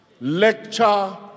lecture